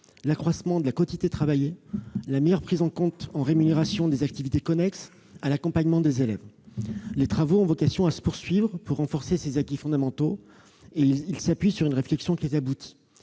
l'accroissement de la quotité travaillée et la meilleure prise en compte, en rémunération, des activités connexes à l'accompagnement des élèves. Les travaux dont il s'agit ont vocation à se poursuivre pour renforcer ces acquis fondamentaux. Ils s'appuient sur une réflexion aboutie.